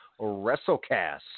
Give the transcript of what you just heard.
Wrestlecast